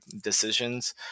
decisions